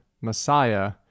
Messiah